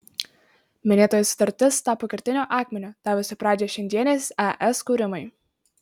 minėtoji sutartis tapo kertiniu akmeniu davusiu pradžią šiandienės es kūrimui